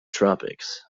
tropics